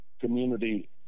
community